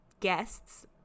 guests